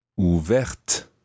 Ouverte